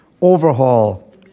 overhaul